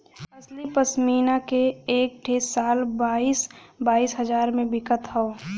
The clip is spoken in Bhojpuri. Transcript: असली पश्मीना के एक ठे शाल बाईस बाईस हजार मे बिकत हौ